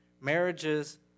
Marriages